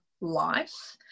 life